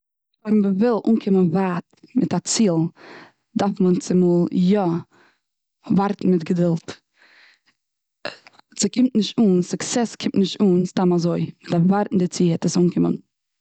ווען מ'וויל אנקומען ווייט מיט א ציל, דארף מען צומאל יא ווארטן מיט געדולד. ס'קומט נישט אן, סוקסעס קומט נישט אן סתם אזוי מ'דארף ווארטן דערצו וועט עס אנקומען.